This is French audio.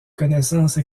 connaissances